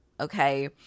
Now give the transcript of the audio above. okay